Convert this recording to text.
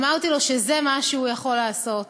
אמרתי לו שזה מה שהוא יכול לעשות.